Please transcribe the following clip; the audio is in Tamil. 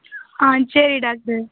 ஆ சரி டாக்ட்ரு